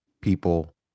people